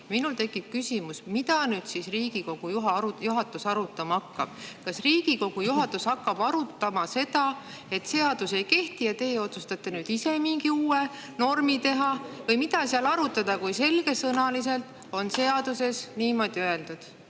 Minul tekib küsimus, mida siis Riigikogu juhatus nüüd arutama hakkab. Kas Riigikogu juhatus hakkab arutama seda, et seadus ei kehti ja teie otsustate nüüd ise mingi uue normi teha? Või mida seal arutada, kui selgesõnaliselt on seaduses niimoodi öeldud?